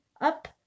up